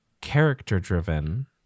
character-driven